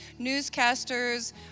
newscasters